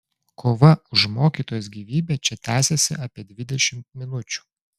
kova už mokytojos gyvybę čia tęsėsi apie dvidešimt minučių